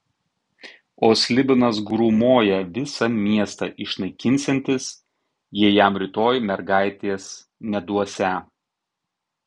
o slibinas grūmoja visą miestą išnaikinsiantis jei jam rytoj mergaitės neduosią